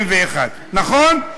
נכון?